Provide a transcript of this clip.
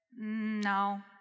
no